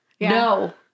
No